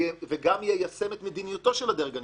וגם יישם את מדיניותו של הדרג הנבחר,